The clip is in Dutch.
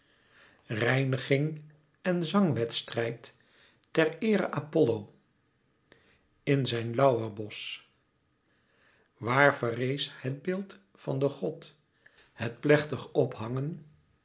reiniging en zangwedstrijd ter eere apollo in zijn lauwerbosch waar verrees het beeld van den god het plechtig ophangen